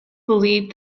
believed